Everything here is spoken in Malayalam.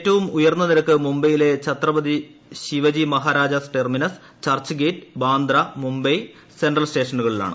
ഏറ്റവും ഉയർന്ന നിരക്ക് മുംബൈയിലെ ഛത്രപതി ശിവജി മഹാരാജ് ടെർമിനസ് ചർച്ച്ഗേറ്റ് ബാന്ദ്ര മുംബൈ സെൻട്രൽ സ്റ്റേഷനുകളിലാണ്